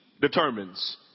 determines